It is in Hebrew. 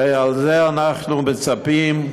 שבזה אנחנו מצפים,